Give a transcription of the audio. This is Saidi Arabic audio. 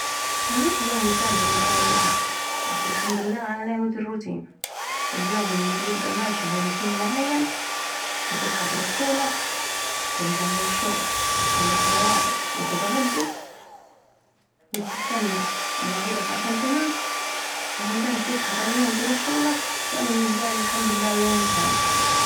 مفيش يوم مثالي من أوله لأخره بس الحمدلله على نعمة الروتين ...اليوم الي بيبقي ماشي بروتين معين بتصحي تروح شغلك ترجع من الشغل تصلي صلاوتك تتغد و تستنا موعيدك عشان تنام تصحي تروح سغلك ده بنسبالي يوم مثالي اللهم لك الحمد